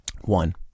One